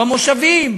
במושבים,